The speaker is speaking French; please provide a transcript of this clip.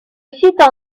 site